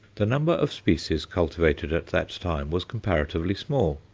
the number of species cultivated at that time was comparatively small.